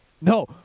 No